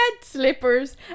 slippers